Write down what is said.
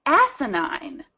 asinine